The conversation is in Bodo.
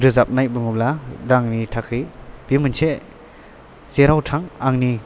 रोजाबनाय बुङोब्ला दा आंनि थाखै बे मोनसे जेराव थां आंनि